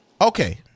Okay